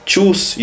Choose